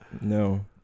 No